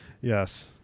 Yes